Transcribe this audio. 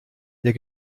der